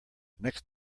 next